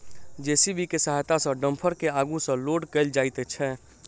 JCB के सहायता सॅ डम्फर के आगू सॅ लोड कयल जाइत छै